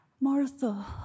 Martha